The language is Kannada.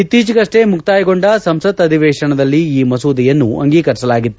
ಇತ್ತೀಚಿಗಷ್ಟೇ ಮುಕ್ತಾಯಗೊಂಡ ಸಂಸತ್ ಅಧಿವೇಶನದಲ್ಲಿ ಈ ಮಸೂದೆಯನ್ನು ಅಂಗೀಕರಿಸಲಾಗಿತ್ತು